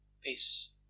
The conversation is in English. peace